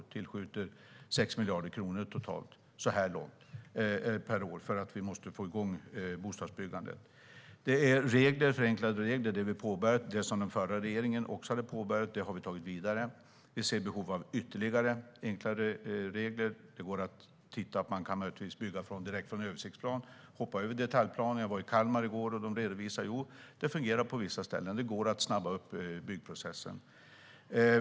Vi tillskjuter 6 miljarder kronor totalt så här långt per år för att vi måste få i gång bostadsbyggandet. Det handlar om förenklade regler. Det som den förra regeringen hade påbörjat har vi tagit vidare. Vi ser behov av ytterligare enklare regler. Man kan möjligtvis bygga direkt från översiktsplan och hoppa över detaljplaner. Jag var i går i Kalmar. De redovisade att det fungerade på vissa ställen. Det går att snabba på byggprocessen.